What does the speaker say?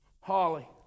Holly